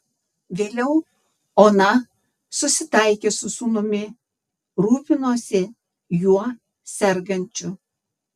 vėliau ona susitaikė su sūnumi rūpinosi juo sergančiu